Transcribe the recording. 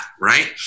right